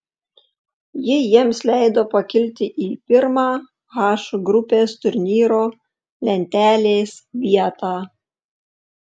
ji jiems leido pakilti į pirmą h grupės turnyro lentelės vietą